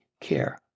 care